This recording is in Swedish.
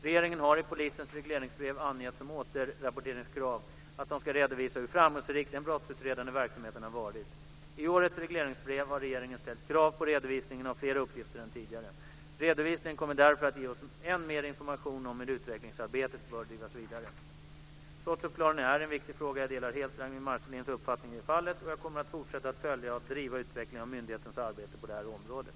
Regeringen har i polisens regleringsbrev angett som återrapporteringskrav att de ska redovisa hur framgångsrik den brottsutredande verksamheten har varit. I årets regleringsbrev har regeringen ställt krav på redovisning av fler uppgifter än tidigare. Redovisningen kommer därför att ge oss än mer information om hur utvecklingsarbetet bör drivas vidare. Brottsuppklaring är en viktig fråga. Jag delar helt Ragnwi Marcelinds uppfattning i det fallet och jag kommer att fortsätta att följa och att driva utvecklingen av myndigheternas arbete på det här området.